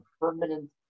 permanent